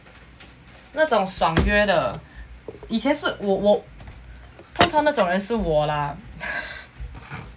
那种爽约的以前是我我通常那种人是我啦